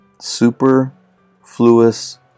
superfluous